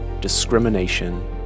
discrimination